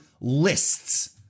lists